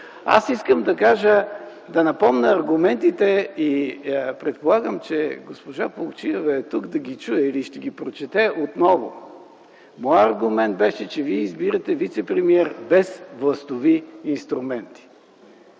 аз искам да напомня аргументите и предполагам, че госпожа Плугчиева е тук, за да ги чуе или ще ги прочете отново. Моят аргумент беше, че вие избирате вицепремиер без властови инструменти.